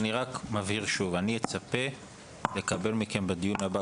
אני רק מבהיר שוב: אני אצפה לקבל מכם בדיון הבא